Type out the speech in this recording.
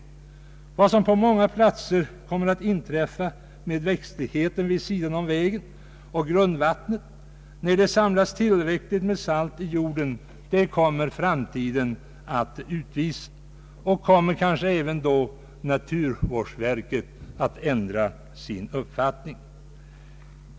Framtiden kommer att utvisa vad som kommer att inträffa på många platser med växtligheten vid sidan om vägen och med grundvattnet när det samlats tillräcklig mängd salt i jorden. Då kommer kanske även naturvårdsverket att ändra sin uppfattning.